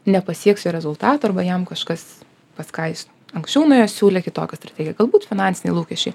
nepasieks jo rezultatų arba jam kažkas pas ką jis anksčiau nuėjo siūlė kitokią strategiją galbūt finansiniai lūkesčiai